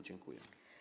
Dziękuję.